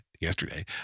yesterday